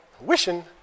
wishing